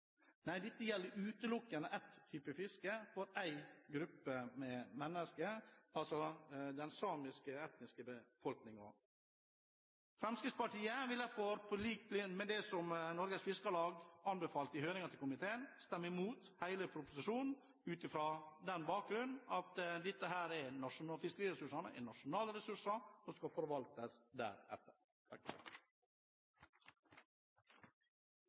fiske, for én gruppe mennesker – den etnisk samiske befolkningen. Fremskrittspartiet vil derfor – på lik linje med det som Norges Fiskarlag anbefalte i høringen til komiteen – stemme imot hele proposisjonen, ut ifra den bakgrunn at fiskeriressursene er nasjonale ressurser og skal forvaltes